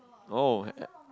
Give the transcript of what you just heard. oh ha~ ha~